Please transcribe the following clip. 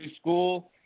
school